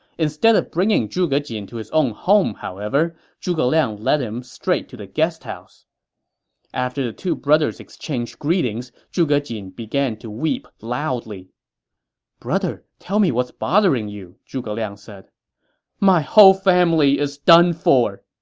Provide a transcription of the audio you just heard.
instead of bringing zhuge jin to his own home, however, zhuge liang led him straight to the guest house after the two brothers exchanged greetings, zhuge jin began to weep loudly brother, tell me what's bothering you? zhuge liang said my whole family is done for!